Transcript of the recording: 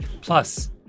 Plus